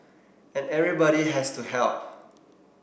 and everybody has to help